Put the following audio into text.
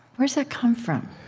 where does that come from?